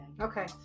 Okay